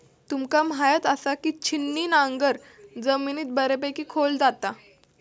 तुमका म्हायत आसा, की छिन्नी नांगर जमिनीत बऱ्यापैकी खोल जाता